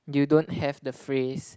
you don't have the phrase